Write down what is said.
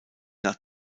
nach